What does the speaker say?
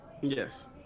Yes